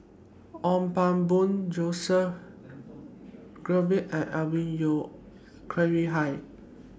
Ong Pang Boon Joseph Grimberg and Alvin Yeo Khirn Hai